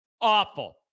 Awful